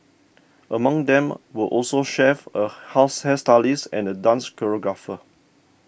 among them were also chefs a hairstylist and a dance choreographer